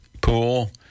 Pool